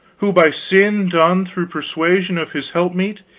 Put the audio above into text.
who by sin done through persuasion of his helpmeet,